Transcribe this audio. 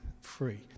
free